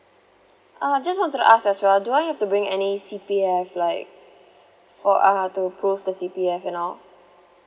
uh just wanted to ask as well do I have to bring any C_P_F like for uh to prove the C_P_F and all